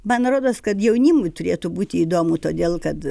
man rodos kad jaunimui turėtų būti įdomu todėl kad